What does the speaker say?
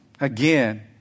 again